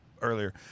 earlier